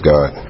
God